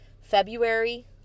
February